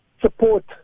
support